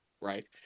right